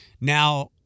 Now